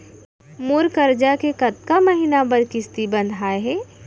मोर करजा के कतका महीना बर किस्ती बंधाये हे?